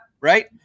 right